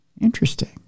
Interesting